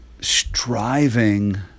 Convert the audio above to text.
striving